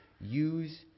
use